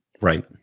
Right